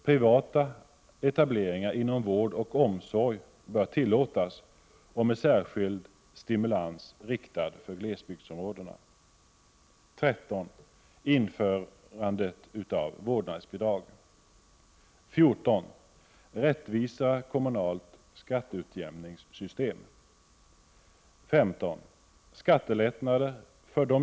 Privata etableringar inom vård och omsorg bör tillåtas, och med särskild stimulans för glesbygdsområdena.